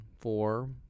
four